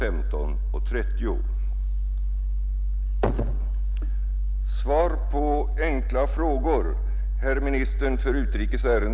15.30.